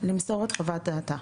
למסור את חוות דעתה.